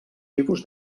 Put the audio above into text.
tipus